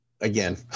again